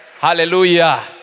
Hallelujah